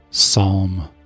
Psalm